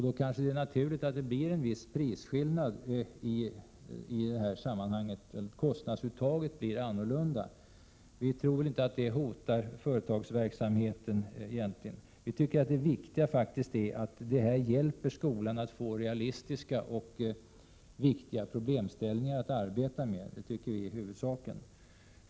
Då är det naturligt att det blir en viss prisskillnad, dvs. att kostnadsuttaget blir annorlunda än i näringslivet i övrigt. Vi tror inte att detta kan hota företagsverksamheten. Det viktiga är att detta hjälper skolan att få realistiska och viktiga problemställningar att arbeta med: Det är huvudsaken, tycker vi.